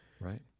Right